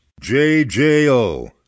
JJO